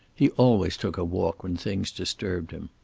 he always took a walk when things disturbed him.